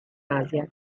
asia